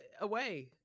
away